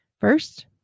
First